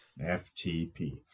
FTP